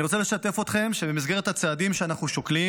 אני רוצה לשתף אתכם שבמסגרת הצעדים שאנחנו שוקלים,